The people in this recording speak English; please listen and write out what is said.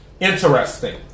Interesting